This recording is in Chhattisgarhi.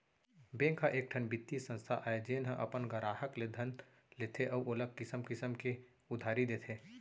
बेंक ह एकठन बित्तीय संस्था आय जेन ह अपन गराहक ले धन लेथे अउ ओला किसम किसम के उधारी देथे